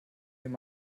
hier